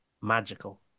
magical